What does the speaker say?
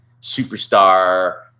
superstar